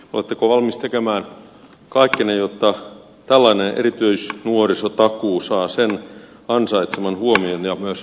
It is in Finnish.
oletteko valmis tekemään kaikkenne jotta tällainen erityisnuorisotakuu saa ansaitsemansa huomion ja myös rahoituksen